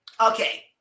okay